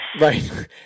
Right